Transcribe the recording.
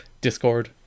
Discord